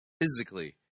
physically